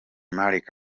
malik